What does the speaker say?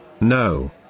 No